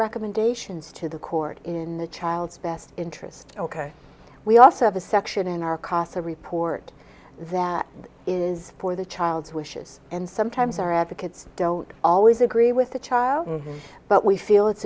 recommendations to the court in the child's best interest ok we also have a section in our casa report that is for the child's wishes and sometimes our advocates don't always agree with the child but we feel it's